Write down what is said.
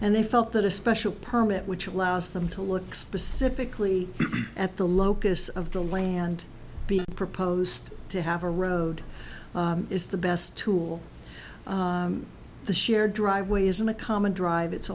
and they felt that a special permit which allows them to look specifically at the locus of the land being proposed to have a road is the best tool to share driveway isn't a common drive it's